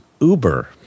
Uber